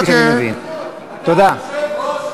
תן לי רגע.